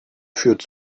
führt